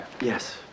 Yes